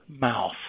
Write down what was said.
mouth